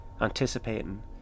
anticipating